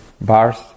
bars